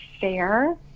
fair